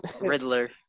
Riddler